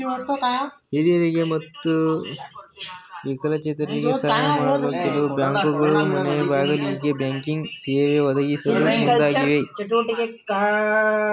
ಹಿರಿಯರಿಗೆ ಮತ್ತು ವಿಕಲಚೇತರಿಗೆ ಸಾಹಯ ಮಾಡಲು ಕೆಲವು ಬ್ಯಾಂಕ್ಗಳು ಮನೆಗ್ಬಾಗಿಲಿಗೆ ಬ್ಯಾಂಕಿಂಗ್ ಸೇವೆ ಒದಗಿಸಲು ಮುಂದಾಗಿವೆ